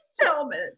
Helmet